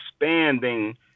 expanding